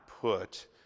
put